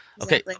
okay